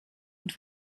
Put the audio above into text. und